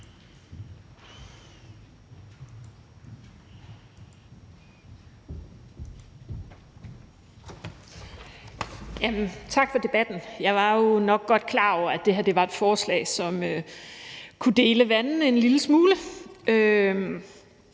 Tak for debatten. Jeg var jo nok godt klar over, at det her var et forslag, som kunne dele vandene en lille smule.